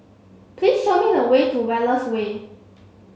please show me the way to Wallace Way